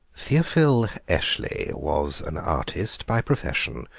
theophil eshley was an artist by profession,